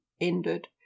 ended